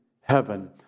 heaven